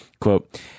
Quote